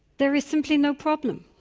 there is simply no problem,